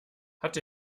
hat